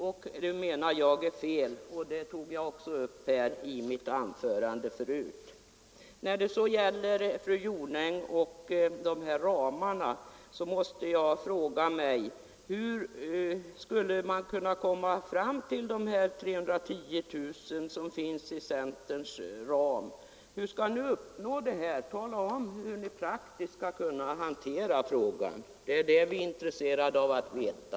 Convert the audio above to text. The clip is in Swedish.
Jag anser att det är fel, och det tog jag också upp i mitt tidigare anförande. Vad sedan beträffar fru Jonängs inställning till befolkningsramarna måste jag fråga: Hur skall man kunna komma fram till antalet 310 000, som finns angivet i centerns ram? Tala om hur ni praktiskt skall kunna hantera frågan och uppnå det resultatet. Det är det vi är intresserade av att veta.